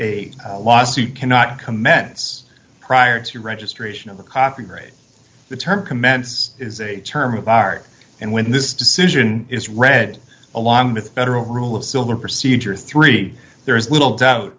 a lawsuit cannot commence prior to registration of a copy grade the term commence is a term of art and when this decision is read along with federal rule of silver procedure three there is little doubt